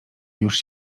już